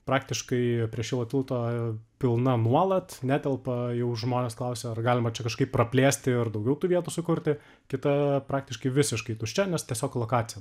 praktiškai prie šilo tilto pilna nuolat netelpa jau žmonės klausia ar galima čia kažkaip praplėsti ar daugiau tų vietų sukurti kita praktiškai visiškai tuščia nes tiesiog lokacija